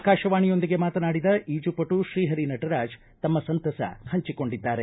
ಆಕಾಶವಾಣಿಯೊಂದಿಗೆ ಮಾತನಾಡಿದ ಈಜು ಪಟು ಶ್ರೀಹರಿ ನಟರಾಜ್ ತಮ್ಮ ಸಂತಸ ಹಂಚಿಕೊಂಡಿದ್ದಾರೆ